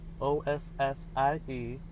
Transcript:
O-S-S-I-E